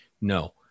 no